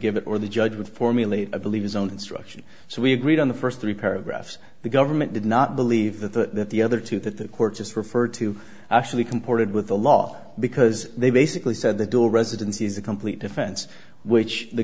give it or the judge would formulate i believe his own instruction so we agreed on the first three paragraphs the government did not believe that the other two that the court just referred to actually comported with the law because they basically said they do a residency is a complete defense which the